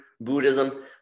buddhism